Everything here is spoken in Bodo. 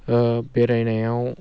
बेरायनायाव